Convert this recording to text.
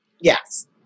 Yes